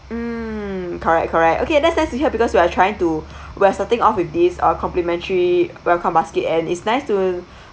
mm correct correct okay that's nice to hear because we are trying to we're starting off with these uh complimentary welcome basket and it's nice to